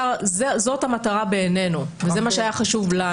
זאת המטרה בעינינו, וזה מה שהיה חשוב לנו.